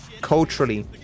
culturally